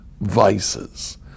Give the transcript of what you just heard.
vices